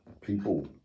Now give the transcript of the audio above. people